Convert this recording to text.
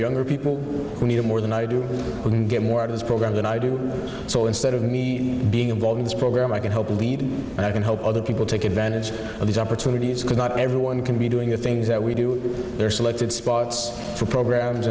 younger people who need it more than i do get more out of the program than i do so instead of me being involved in this program i can help lead and i can help other people take advantage of these opportunities because not everyone can be doing the things that we do they're selected spots for programs